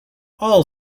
all